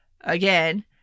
Again